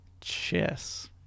Chess